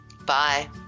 Bye